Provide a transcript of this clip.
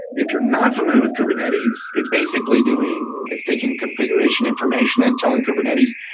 if you're not familiar with kubernetes, it's basically doing it's taking configuration information and telling kubernetes,